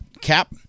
Cap